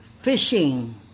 Fishing